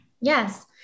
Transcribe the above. Yes